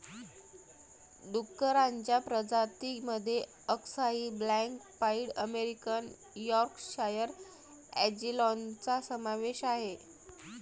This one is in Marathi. डुक्करांच्या प्रजातीं मध्ये अक्साई ब्लॅक पाईड अमेरिकन यॉर्कशायर अँजेलॉनचा समावेश आहे